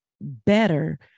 better